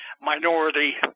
minority